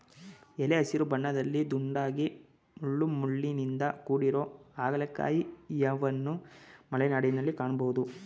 ಎಲೆ ಹಸಿರು ಬಣ್ಣದಲ್ಲಿ ದುಂಡಗೆ ಮುಳ್ಳುಮುಳ್ಳಿನಿಂದ ಕೂಡಿರೊ ಹಾಗಲಕಾಯಿಯನ್ವನು ಮಲೆನಾಡಲ್ಲಿ ಕಾಣ್ಬೋದು